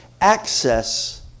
access